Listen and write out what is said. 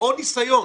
או ניסיון.